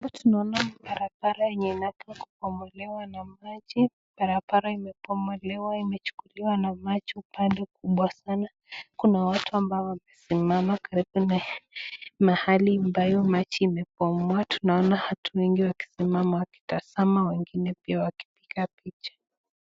Hapa tunaona barabara yenye inakaa kubomolewa na maji. Barabara imebomolewa imechukuliwa na maji upande kubwa sana. Kuna watu ambao wamesimama karibu na mahali ambayo maji imebomoa. Tunaona watu wengi wakisimama, wakizama , wengine pia wakipiga picha.